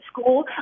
school